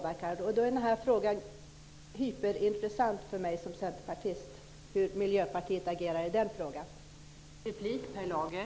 Vad jag förstod av ordväxlingen mellan Owe Hellberg och Helena Hillar Rosenqvist skulle man samverka mellan Vänstern och Miljöpartiet. Då är frågan hyperintressant för mig som centerpartist.